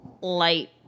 light